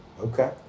Okay